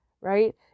Right